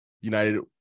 United